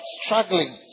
struggling